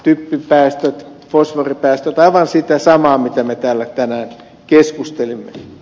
typpipäästöt fosforipäästöt aivan sitä samaa mistä me täällä tänään keskustelimme